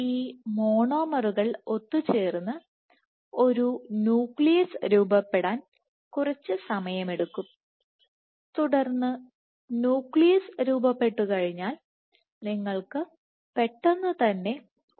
ഈ മോണോമറുകൾ ഒത്തുചേർന്ന് ഒരു ന്യൂക്ലിയസ് രൂപപ്പെടാൻ കുറച്ച് സമയമെടുക്കും തുടർന്ന് ന്യൂക്ലിയസ് രൂപപ്പെട്ടുകഴിഞ്ഞാൽ നിങ്ങൾക്ക് പെട്ടെന്ന് തന്നെ ഒരു ഫിലമെന്റ് ഉണ്ടാകാം